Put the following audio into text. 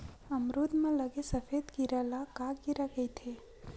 अमरूद म लगे सफेद कीरा ल का कीरा कइथे?